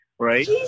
Right